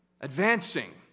advancing